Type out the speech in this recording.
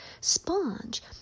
sponge